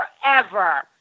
forever